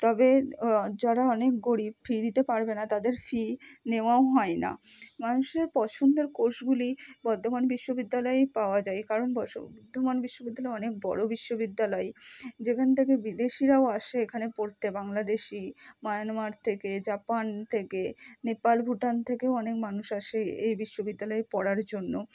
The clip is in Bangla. তবে যারা অনেক গরিব ফি দিতে পারবে না তাদের ফি নেওয়াও হয় না মানুষের পছন্দের কোর্সগুলি বর্ধমান বিশ্ববিদ্যালয়েই পাওয়া যায় কারণ বর্শো বর্ধমান বিশ্ববিদ্যালয় অনেক বড় বিশ্ববিদ্যালয় যেখান থেকে বিদেশিরাও আসে এখানে পড়তে বাংলাদেশি মায়ানমার থেকে জাপান থেকে নেপাল ভুটান থেকেও অনেক মানুষ আসে এই বিশ্ববিদ্যালয়ে পড়ার জন্য